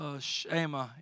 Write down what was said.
Shema